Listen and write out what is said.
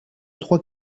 trois